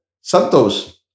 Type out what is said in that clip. Santos